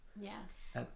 Yes